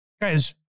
guys